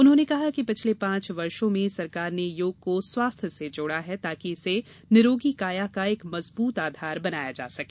उन्होंने कहा कि पिछले पांच वर्ष में सरकार ने योग को स्वास्थ्य से जोड़ा है ताकि इसे निरोगी काया का एक मजबूत आधार बनाया जा सके